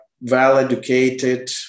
well-educated